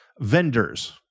vendors